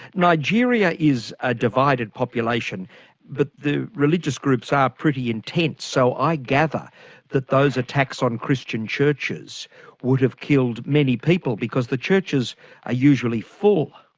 nigeria is a divided population but the religious groups are pretty intense, so i gather that those attacks on christian churches would have killed many people because the churches are usually full.